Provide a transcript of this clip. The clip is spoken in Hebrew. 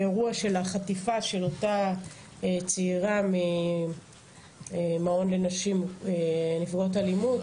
באירוע של החטיפה של אותה צעירה ממעון לנשים נפגעות אלימות,